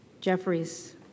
Jeffries